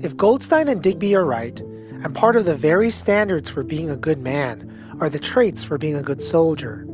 if goldstein and digby are right and part of the very standards for being a good man are the traits for being a good soldier